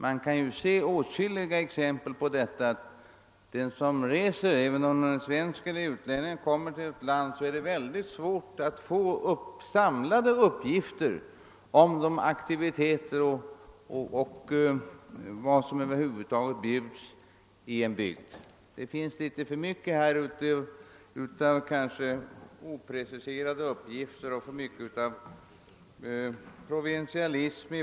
Man kan se åtskilliga exempel på att det är väldigt svårt för den som kommer till vårt land att få samlade uppgifter om vad som bjuds i en bygd. Det finns ibland litet för mycket av opreciserade uppgifter och av lokalpatrotism.